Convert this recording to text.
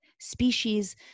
species